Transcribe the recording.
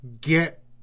get